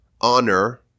honor